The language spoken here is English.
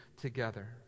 together